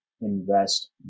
invest